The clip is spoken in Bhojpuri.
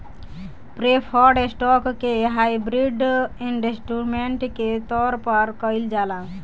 प्रेफर्ड स्टॉक के हाइब्रिड इंस्ट्रूमेंट के तौर पर कइल जाला